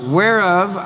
whereof